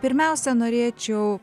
pirmiausia norėčiau